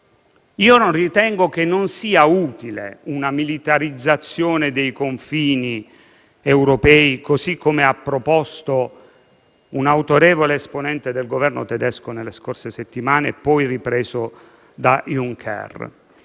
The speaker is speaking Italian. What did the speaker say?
Ritengo non sia utile una militarizzazione dei confini europei, così come proposto da un autorevole esponente del Governo tedesco nelle scorse settimane e poi ripreso da Juncker.